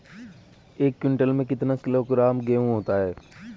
एक क्विंटल में कितना किलोग्राम गेहूँ होता है?